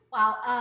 Wow